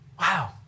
wow